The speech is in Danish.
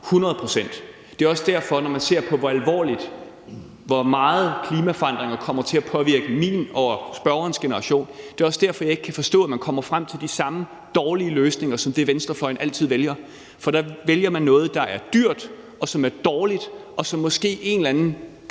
– hundrede procent. Det er også derfor, at jeg ikke, når man ser på, hvor meget klimaforandringer kommer til at påvirke min og spørgerens generation, kan forstå, at man kommer frem til de samme dårlige løsninger som dem, venstrefløjen altid vælger, for der vælger man noget, der er dyrt, og som er dårligt, og som måske en eller anden gang